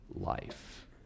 life